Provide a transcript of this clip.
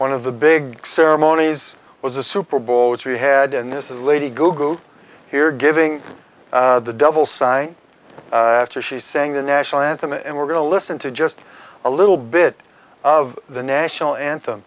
one of the big ceremonies was a super bowl which we had and this is lady googled here giving the devil sign after she sang the national anthem and we're going to listen to just a little bit of the national anthem